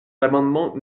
l’amendement